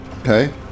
Okay